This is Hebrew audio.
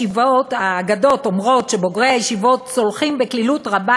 האגדות אומרות שבוגרי הישיבות צולחים בקלילות רבה